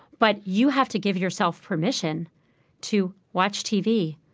but you have to give yourself permission to watch tv,